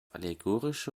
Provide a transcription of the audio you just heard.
allegorische